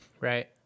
right